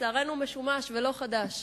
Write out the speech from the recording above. לצערנו משומש ולא חדש.